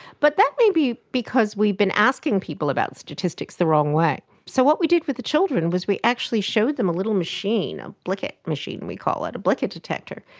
but that may be because we've been asking people about statistics the wrong way. so what we did with the children was we actually showed them a little machine, a blicket machine we call it, a blicket detector.